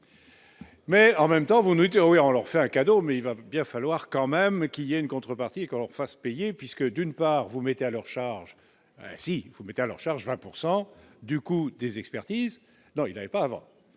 Mais en même temps vous nous dire oui on leur fait un cadeau, mais il va bien falloir quand même qu'il y a une contrepartie, qu'on fasse payer puisque d'une part, vous mettez à leur charge si vous mettez à leur charge 20 pourcent du coût des expertises dont il n'avait pas avant,